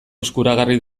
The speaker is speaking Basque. eskuragarri